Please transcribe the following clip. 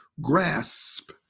grasp